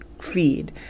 feed